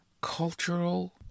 cultural